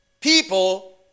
People